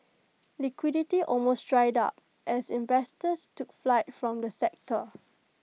liquidity almost dried up as investors took flight from the sector